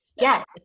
Yes